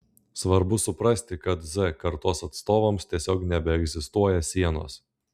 svarbu suprasti kad z kartos atstovams tiesiog nebeegzistuoja sienos